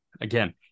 Again